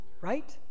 right